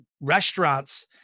restaurants